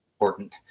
important